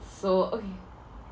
so okay